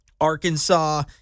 Arkansas